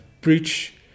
preach